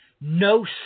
no